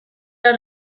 are